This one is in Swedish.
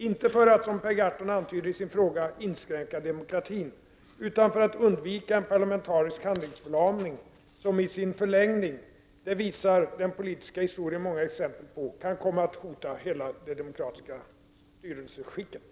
Inte för att, som Per Gahrton antyder i sin fråga, inskränka demokratin, utan för att undvika en parlamentarisk handlingsförlamning som i sin förlängning — och det visar den politiska historien många exempel på — kan komma att hota hela det demokratiska styrelseskicket.